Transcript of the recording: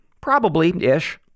probably-ish